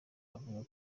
bavuga